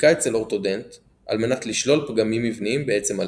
בדיקה אצל אורטודנט על מנת לשלול פגמים מבניים בעצם הלסת.